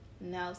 No